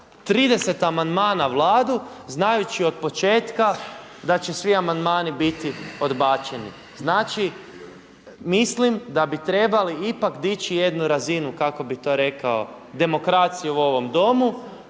30 amandmana Vladu znajući od početka da će svi amandmani biti odbačeni. Znači, mislim da bi trebali ipak dići jednu razinu kako bih to rekao demokracije u ovom Domu